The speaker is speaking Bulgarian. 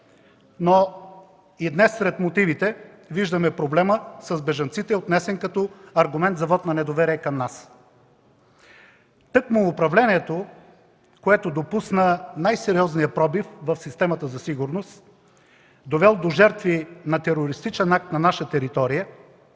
но и днес сред мотивите виждаме проблема с бежанците, отнесен като аргумент за недоверие към нас. Тъкмо управлението, което допусна най-сериозния пробив в системата за сигурност, довел до жертви на терористичен акт на наша територия,